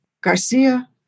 Garcia